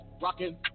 Rockin